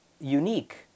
unique